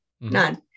none